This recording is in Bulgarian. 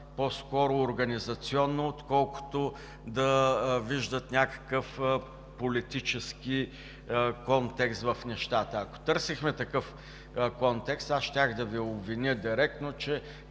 по-скоро организационно, отколкото да виждат някакъв политически контекст в нещата. Ако търсехме такъв контекст, аз щях да Ви обвиня директно, че